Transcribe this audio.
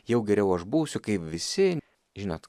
jau geriau aš būsiu kaip visi žinot